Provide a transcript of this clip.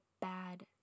bad